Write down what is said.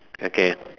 okay